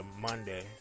monday